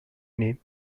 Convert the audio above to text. name